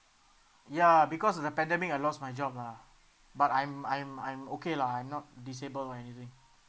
ya because of the pandemic I lost my job lah but I'm I'm I'm okay lah I'm not disabled or anything